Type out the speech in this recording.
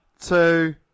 two